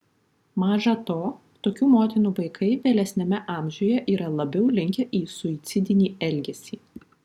maža to tokių motinų vaikai vėlesniame amžiuje yra labiau linkę į suicidinį elgesį